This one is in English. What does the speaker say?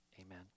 Amen